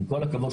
עם כל הכבוד,